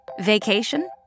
Vacation